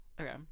Okay